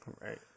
Right